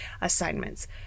assignments